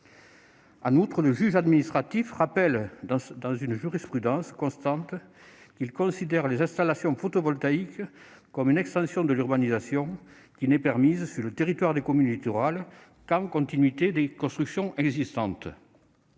En outre, le juge administratif rappelle, dans une jurisprudence constante, qu'il considère les installations photovoltaïques comme une « extension de l'urbanisation » qui n'est permise, sur le territoire des communes littorales, qu'en continuité avec les constructions existantes.